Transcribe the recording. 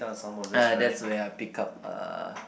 ah that's where I pick up uh